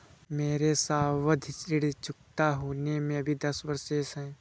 मेरे सावधि ऋण चुकता होने में अभी दस वर्ष शेष है